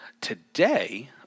Today